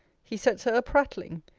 he sets her a-prattling.